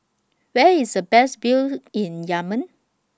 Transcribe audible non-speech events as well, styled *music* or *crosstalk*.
Where IS The Best View *noise* in Yemen